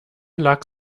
lag